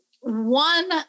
one